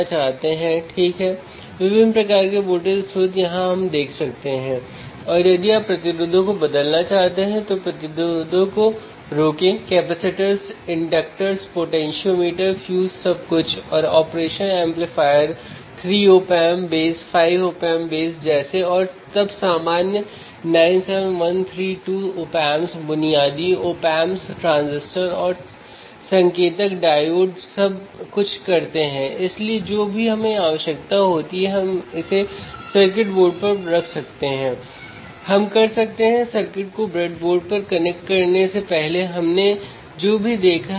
आप देखेंगे कि उसने इंस्ट्रूमेंटेशन एम्पलीफायर के आउटपुट को ऑसिलोस्कोप से जोड़ा है